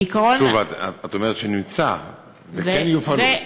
את אומרת שנמצא וכן יופעלו.